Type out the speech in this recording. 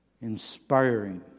inspiring